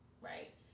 right